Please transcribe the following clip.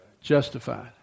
justified